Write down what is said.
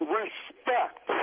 respect